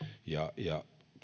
ja ja